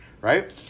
Right